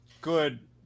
good